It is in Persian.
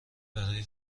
برای